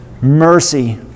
mercy